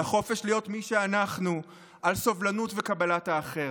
על החופש להיות מי שאנחנו, על סובלנות וקבלת האחר,